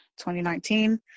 2019